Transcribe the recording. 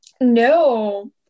no